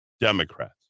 Democrats